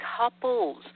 couples